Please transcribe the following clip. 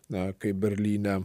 na kai berlyne